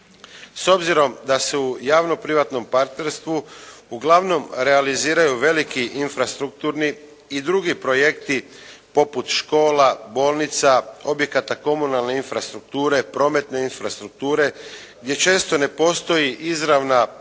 S obzirom da se u javno-privatnom partnerstvu uglavnom realiziraju veliki infrastrukturni i drugi projekti poput škola, bolnica, objekata komunalne infrastrukture, prometne infrastrukture gdje često ne postoji izravna ekonomska